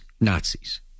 Nazis